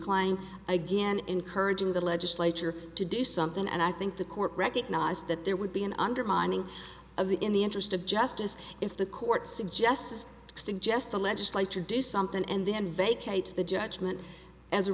klein's again encouraging the legislature to do something and i think the court recognized that there would be an undermining of the in the interest of justice if the court suggests suggest the legislature do something and then vacate the judgment as a